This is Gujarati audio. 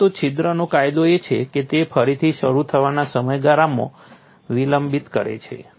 પરંતુ છિદ્રનો ફાયદો એ છે કે તે ફરીથી શરૂ થવાના સમયગાળામાં વિલંબ કરે છે